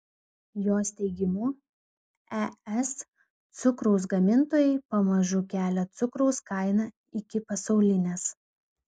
jos teigimu es cukraus gamintojai pamažu kelia cukraus kainą iki pasaulinės